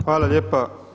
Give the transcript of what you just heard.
Hvala lijepa.